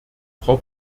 frau